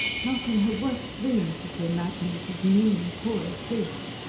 not in her worst dreams had she imagined it as mean and poor as this.